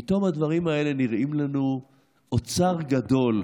פתאום הדברים האלה נראים לנו אוצר גדול.